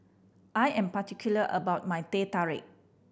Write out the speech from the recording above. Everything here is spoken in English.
I am particular about my Teh Tarik